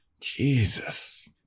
Jesus